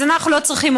אז אנחנו לא צריכים,